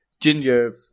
ginger